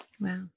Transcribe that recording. Wow